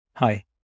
Hi